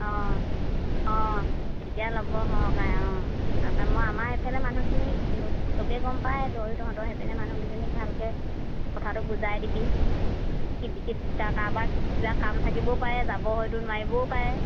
অঁ অঁ তেতিয়া ল'ব সৰকাই অঁ তাৰপৰা মই আমাৰ এইফালে মানুহখিনিক চবেই গম পায় তইয়ো তহঁতৰ সেইপিনে মানুহকেইজনীক ভালকৈ কথাটো বুজাই দিবি কাৰোবাৰ কিবা কাম থাকিবও পাৰে যাব হয়তো নোৱাৰিবও পাৰে